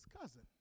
cousin